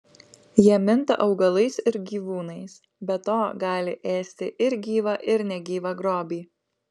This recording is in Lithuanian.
jie minta augalais ir gyvūnais be to gali ėsti ir gyvą ir negyvą grobį